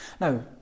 Now